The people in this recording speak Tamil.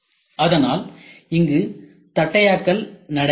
அதனால் இங்கு தட்டையாக்கல் நடக்கிறது